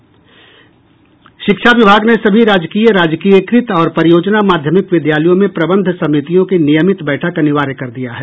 शिक्षा विभाग ने सभी राजकीय राजकीयकृत और परियोजना माध्यमिक विद्यालयों में प्रबंध समितियों की नियमित बैठक अनिवार्य कर दिया है